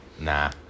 nah